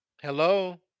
Hello